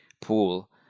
pool